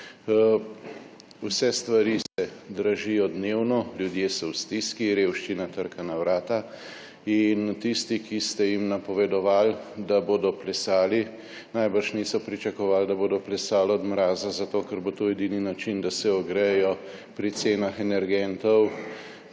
Vse stvari se dražijo dnevno, ljudje so v stiski, revščina trka na vrata in tisti, ki ste jim napovedovali, da bodo plesali, najbrž niso pričakovali, da bodo plesali od mraza zato, ker bo to edini način, da se ogrejejo pri cenah energentov,